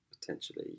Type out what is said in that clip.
potentially